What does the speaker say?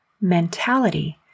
mentality